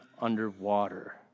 underwater